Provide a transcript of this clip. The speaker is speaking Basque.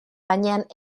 gainean